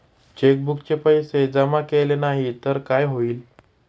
चेकबुकचे पैसे जमा केले नाही तर काय होईल?